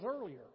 earlier